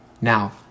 now